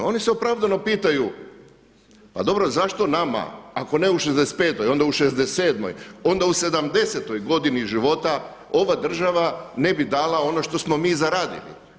Oni se opravdano pitaju pa dobro zašto nama ako ne u 65 onda u 67 onda u 70.-oj godini života ova država ne bi dala ono što smo mi zaradili.